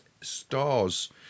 stars